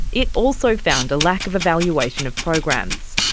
it also found a lack of evaluation of programs.